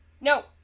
No